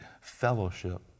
fellowship